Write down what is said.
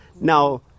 Now